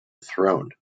throne